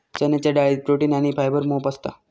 चण्याच्या डाळीत प्रोटीन आणी फायबर मोप असता